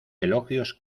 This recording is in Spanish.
elogios